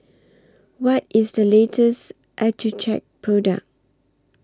What IS The latest Accucheck Product